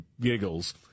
giggles